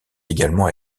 également